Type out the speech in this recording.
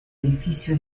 edificio